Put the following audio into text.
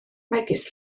megis